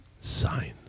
Sign